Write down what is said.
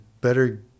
better